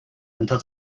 until